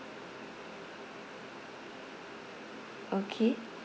okay